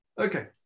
Okay